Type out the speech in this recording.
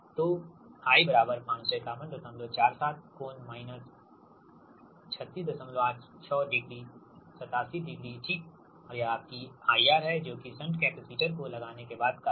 तो I 55147 कोण minus 3686 degree 87 degree ठीक और यह आपकी IR है जो की शंट कैपेसिटर को लगाने के बाद का है